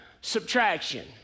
subtraction